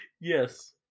Yes